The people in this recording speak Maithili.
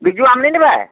बिज्जू आम नहि लेबै